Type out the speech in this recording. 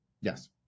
Yes